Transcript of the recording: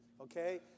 okay